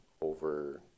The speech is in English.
over